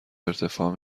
ارتفاع